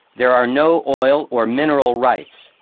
there are no oil or mineral rights.